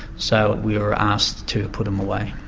so we were asked to put them away.